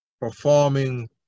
performing